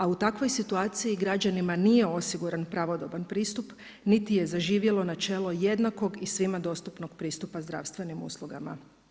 A u takvoj situaciji građanima nije osiguran pravodoban pristup niti je zaživjelo načelo jednakog i svima dostupnog pristupa zdravstvenim uslugama.